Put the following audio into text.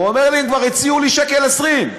הוא אומר לי: הם כבר הציעו לי 1.20 שקל.